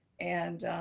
and,